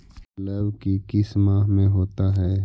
लव की किस माह में होता है?